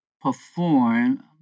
perform